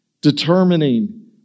determining